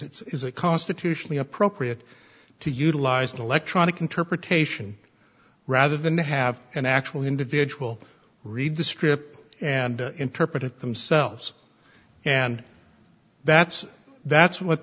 its is a constitutionally appropriate to utilize an electronic interpretation rather than to have an actual individual read the strip and interpret it themselves and that's that's what